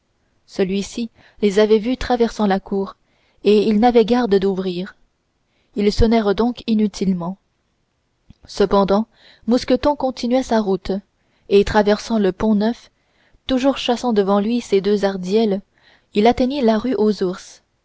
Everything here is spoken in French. celui-ci les avait vus traversant la cour et il n'avait garde d'ouvrir ils sonnèrent donc inutilement cependant mousqueton continuait sa route et traversant le pontneuf toujours chassant devant lui ses deux haridelles il atteignit la rue aux ours